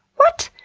what?